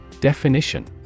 Definition